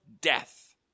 death